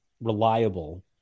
reliable